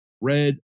Red